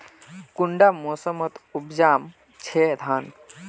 कुंडा मोसमोत उपजाम छै धान?